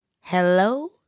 Hello